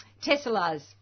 Tesla's